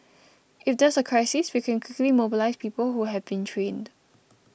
if there's a crisis we can quickly mobilise people who have been trained